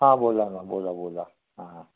हां बोला ना बोला बोला हां हां